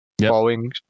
Boeing